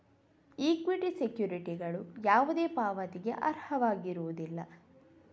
equity ಸೆಕ್ಯುರಿಟಿಗಳು ಯಾವುದೇ ಪಾವತಿಗೆ ಅರ್ಹವಾಗಿರುವುದಿಲ್ಲ